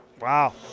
Wow